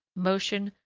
motion,